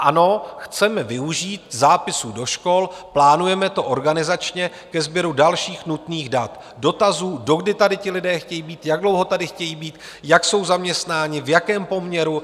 Ano, chceme využít zápisů do škol, plánujeme to organizačně, ke sběru dalších nutných dat, dotazů, dokdy tady ti lidé chtějí být, jak dlouho tady chtějí být, jak jsou zaměstnáni, v jakém poměru.